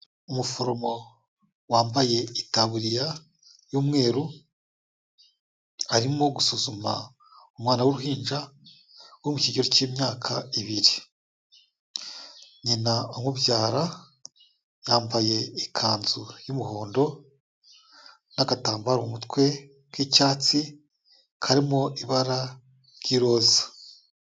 Umuforomo wambaye itaburiya y'umweru, arimo gusuzuma umwana w'uruhinja wo mu kigero k'imyaka ibiri. Nyina umubyara yambaye ikanzu y'umuhondo n'agatambaro mu mutwe k'icyatsi karimo ibara ry'iroza.